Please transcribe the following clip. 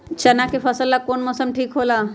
चाना के फसल ला कौन मौसम ठीक होला?